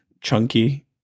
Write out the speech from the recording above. chunky